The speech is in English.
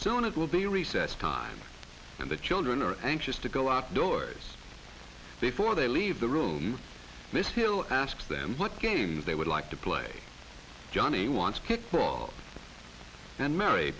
soon it will be recess time and the children are anxious to go outdoors therefore they leave the room this hill asks them what games they would like to play johnny wants kickball and mary